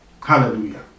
Hallelujah